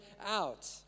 out